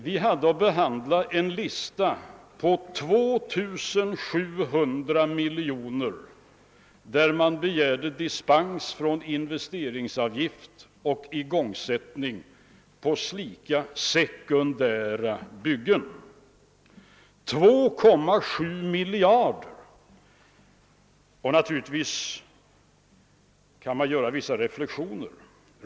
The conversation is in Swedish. Vi hade att behandla en lista som avsåg 2700 miljoner och där man begärde dispens från investeringsavgift och krävde igångsättningstillstånd för slika sekundära byggen. Det gällde alltså 2,7 miljarder, och naturligtvis kan man göra vissa reflexioner.